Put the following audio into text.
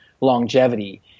longevity